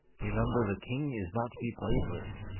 remember, the king is not to be played with